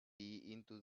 into